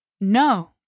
No